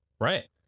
right